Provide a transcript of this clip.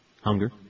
Hunger